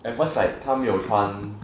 at first like 他没有穿